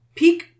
peak